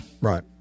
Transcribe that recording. right